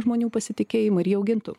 žmonių pasitikėjimą ir jį augintų